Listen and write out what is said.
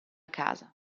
casa